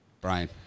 Brian